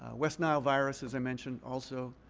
west nile virus, as i mentioned, also